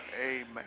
Amen